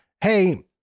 hey